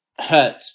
hurt